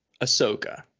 Ahsoka